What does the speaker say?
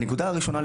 ראשית,